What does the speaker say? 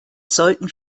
sollten